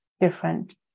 different